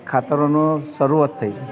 ખાતરોનો શરૂઆત થઈ